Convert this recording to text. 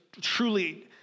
truly